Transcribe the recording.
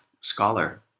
scholar